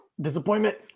Disappointment